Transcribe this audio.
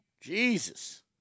Jesus